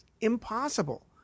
impossible